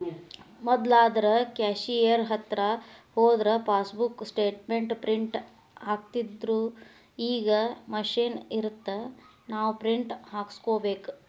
ಮೊದ್ಲಾದ್ರ cashier ಹತ್ರ ಹೋದ್ರ passbook statement print ಹಾಕ್ತಿತ್ದ್ರುಈಗ ಮಷೇನ್ ಇರತ್ತ ನಾವ ಪ್ರಿಂಟ್ ಹಾಕಸ್ಕೋಬೇಕ